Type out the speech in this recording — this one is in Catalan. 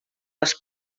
les